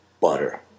butter